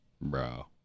Bro